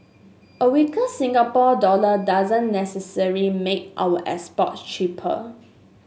a weaker Singapore dollar doesn't necessarily make our exports cheaper